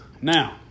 now